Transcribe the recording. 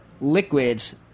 liquids